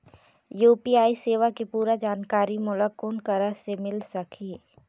UPI सेवा के पूरा जानकारी मोला कोन करा से मिल सकही?